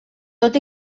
tot